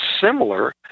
similar